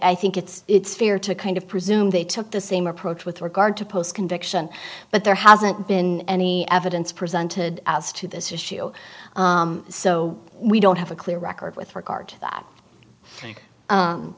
i think it's fair to kind of presume they took the same approach with regard to post conviction but there hasn't been any evidence presented as to this issue so we don't have a clear record with regard that